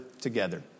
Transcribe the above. together